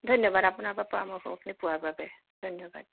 ধন্যবাদ আপোনাৰ পৰা পৰামৰ্শখিনি পোৱাৰ বাবে ধন্যবাদ